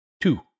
two